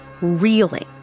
reeling